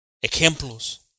Ejemplos